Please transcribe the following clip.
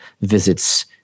visits